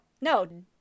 no